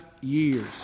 years